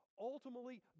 Ultimately